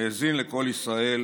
האזין לקול ישראל